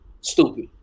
stupid